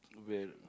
veil